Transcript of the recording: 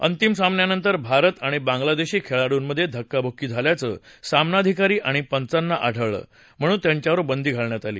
अंतिम सामन्यानंतर भारत आणि बांगलादेशी खेळा डूंमधे धक्काबुक्की झाल्याचं सामनाधिकारी आणि पंचांना आढळलं म्हणून त्यांच्यावर बंदी घालण्यात आली